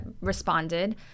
responded